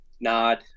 nod